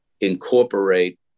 incorporate